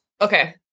Okay